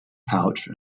pouch